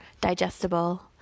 digestible